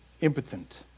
impotent